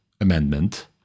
Amendment